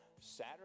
Saturday